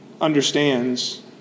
understands